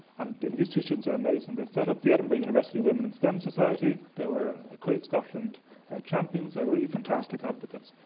and these two students are amazing. they've set up the edinburgh university women in stem society, they were equate scotland champions. they're really fantastic advocates.